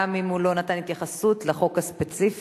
גם אם הוא לא נתן התייחסות לחוק הספציפי.